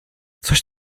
coś